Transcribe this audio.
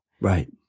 Right